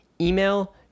email